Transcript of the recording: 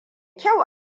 kyau